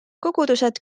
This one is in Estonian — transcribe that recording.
kogudused